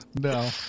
No